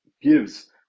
gives